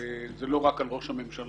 זה לא רק על ראש הממשלה,